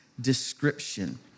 description